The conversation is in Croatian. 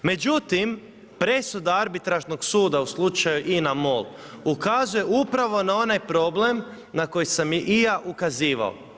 Međutim, presuda Arbitražnog suda u slučaju INA MOL ukazuje upravo na onaj problem na koji sam i ja ukazivao.